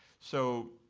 so